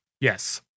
Yes